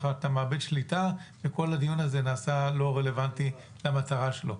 אתה מאבד שליטה וכל הדיון הזה נעשה לא רלוונטי למטרה שלו.